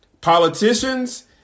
Politicians